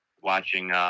watching